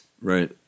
Right